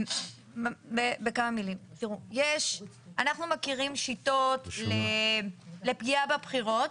אנחנו מכירים שיטות לפגיעה בבחירות,